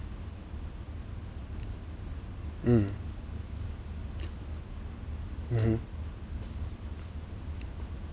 mm mmhmm